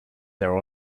their